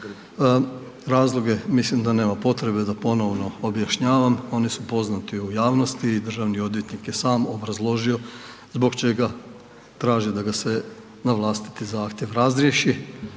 Razloge mislim da nema potrebe da ponovno objašnjavam, oni su poznati u javnosti i državni odvjetnik je sam obrazložio zbog čega traži da ga se na vlastiti zahtjev razriješi,